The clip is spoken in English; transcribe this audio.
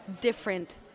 different